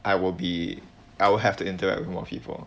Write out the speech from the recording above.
I will be I'll have to interact with more people